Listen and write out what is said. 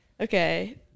Okay